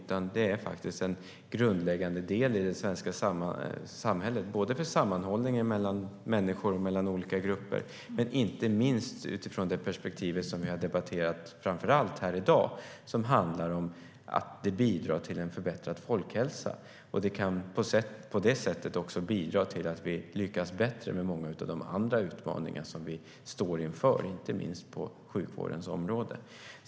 Idrotten är faktiskt en grundläggande del i det svenska samhället, både för sammanhållningen mellan människor och olika grupper och utifrån det perspektiv som vi har debatterat här i dag som handlar om att det bidrar till en förbättrad folkhälsa. Det kan på det sättet också bidra till att vi lyckas bättre med många av de andra utmaningar som vi står inför, inte minst på sjukvårdens område.